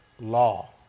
law